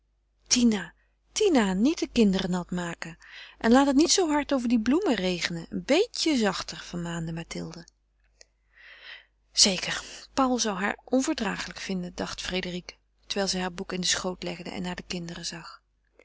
tina tina niet de kinderen nat maken en laat het niet zoo hard over die bloemen regenen een beetje zachter vermaande mathilde zeker paul zou haar ondragelijk vinden dacht frédérique terwijl zij haar boek in den schoot legde en naar de kinderen zag